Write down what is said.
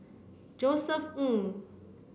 Josef Ng